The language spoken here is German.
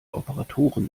operatoren